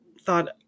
thought